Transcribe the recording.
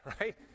right